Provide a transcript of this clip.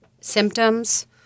symptoms